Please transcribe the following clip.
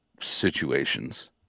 situations